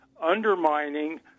undermining